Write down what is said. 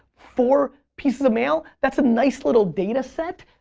four pieces of mail that's a nice little data set,